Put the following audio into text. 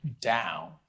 down